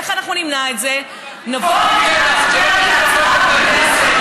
איך אנחנו נמנע את זה, תעשי חוק על ידע.